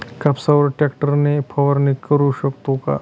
कापसावर ट्रॅक्टर ने फवारणी करु शकतो का?